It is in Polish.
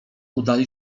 udali